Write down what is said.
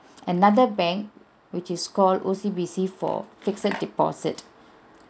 another bank which is called O_C_B_C for fixed deposit